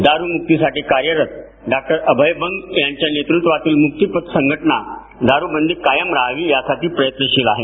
दारूमुक्तीसाठी कार्यरत डॉक्टरअभय बंग यांच्या नेतृत्वातील मुक्तिपथ संघटना दारूबंदी कायम राहावी यासाठी प्रयत्नशील आहे